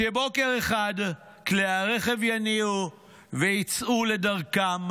שבוקר אחד כלי הרכב יניעו ויצאו לדרכם.